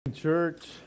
church